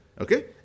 Okay